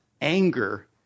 Anger